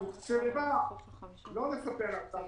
תוקצבה, לא נספר עכשיו